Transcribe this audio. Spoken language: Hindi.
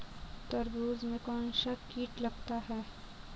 तरबूज में कौनसा कीट लगता है?